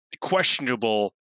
questionable